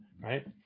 right